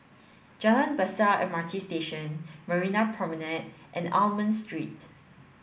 Jalan Besar M R T Station Marina Promenade and Almond Street